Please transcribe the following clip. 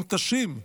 מותשים,